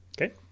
Okay